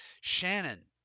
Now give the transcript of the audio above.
Shannon